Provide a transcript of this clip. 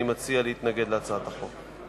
אני מציע להתנגד להצעת החוק.